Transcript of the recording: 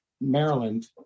Maryland